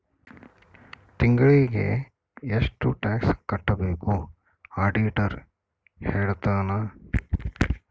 ತಿಂಗಳಿಗೆ ಎಷ್ಟ್ ಟ್ಯಾಕ್ಸ್ ಕಟ್ಬೇಕು ಆಡಿಟರ್ ಹೇಳ್ತನ